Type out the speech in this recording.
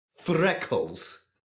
freckles